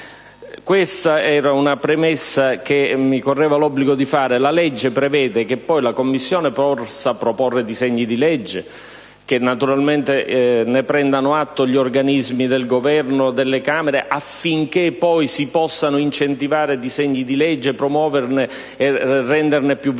Questa era la premessa che mi correva l'obbligo di fare. La legge prevede che la Commissione possa proporre dei disegni di legge, che ne prendano atto organismi del Governo e delle Camere affinché si possano incentivare iniziative legislative, promuoverle e renderne più veloce